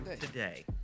today